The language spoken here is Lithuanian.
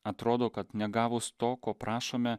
atrodo kad negavus to ko prašome